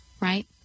right